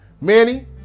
manny